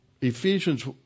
Ephesians